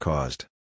Caused